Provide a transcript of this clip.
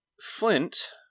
Flint